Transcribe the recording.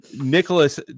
Nicholas